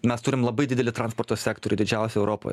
mes turim labai didelį transporto sektorių didžiausią europoj